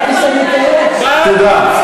תודה.